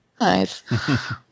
nice